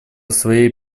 своей